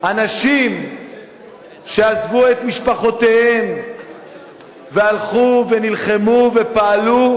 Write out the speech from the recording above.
אנשים שעזבו את משפחותיהם והלכו ונלחמו ופעלו